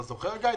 אתה זוכר, גיא?